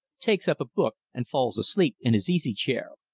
takes up a book and falls asleep in his easy-chair.